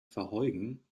verheugen